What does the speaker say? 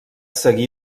seguí